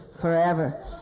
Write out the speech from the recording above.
forever